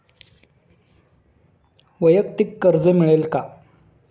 वैयक्तिक कर्ज मिळेल का?